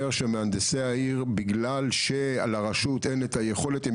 אתה אומר שבגלל שלרשות אין את היכולת לעזור לאנשים